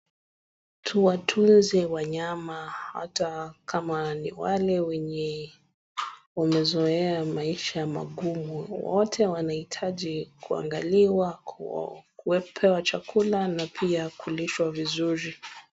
Tuwatunze wanyama hata kama ni wale wenye wamezoea maisha magumu, wote wanahitaji kuangaliwa kupewa chakula na pia kulishwa vizuri.